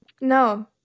No